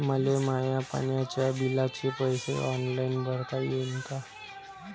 मले माया पाण्याच्या बिलाचे पैसे ऑनलाईन भरता येईन का?